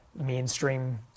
mainstream